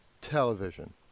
television